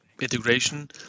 integration